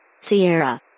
Sierra